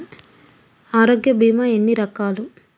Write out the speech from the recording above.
ఆరోగ్య బీమా ఎన్ని రకాలు?